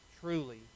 truly